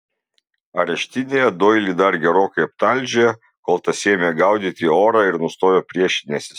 areštinėje doilį dar gerokai aptalžė kol tas ėmė gaudyti orą ir nustojo priešinęsis